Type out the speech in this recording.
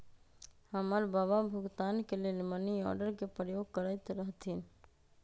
हमर बबा भुगतान के लेल मनीआर्डरे के प्रयोग करैत रहथिन